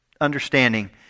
understanding